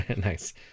Nice